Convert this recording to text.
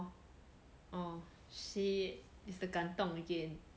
oh shit is the 感动 again